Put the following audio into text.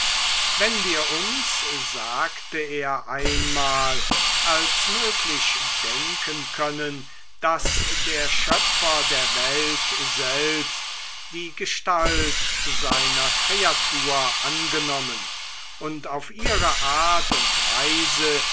wenn wir uns sagte er einmal als möglich denken können daß der schöpfer der welt selbst die gestalt seiner kreatur angenommen und auf ihre art und weise